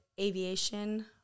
aviation